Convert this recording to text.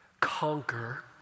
conquer